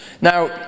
Now